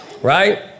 Right